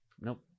Nope